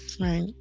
Right